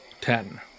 Ten